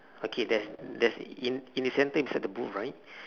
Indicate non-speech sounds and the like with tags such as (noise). okay there's (breath) there's in the centre inside the booth right